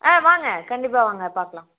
ஆ வாங்க கண்டிப்பாக வாங்க பார்க்கலாம்